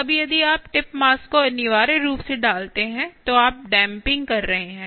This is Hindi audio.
अब यदि आप टिप मास को अनिवार्य रूप से डालते हैं तो आप डेम्पिंग कर रहे हैं